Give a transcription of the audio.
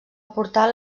portal